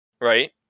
right